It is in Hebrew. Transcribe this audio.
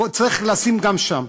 צריך לשים גם שם.